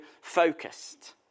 focused